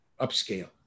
upscale